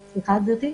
סליחה, גברתי?